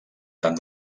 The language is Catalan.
tant